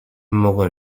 mogłem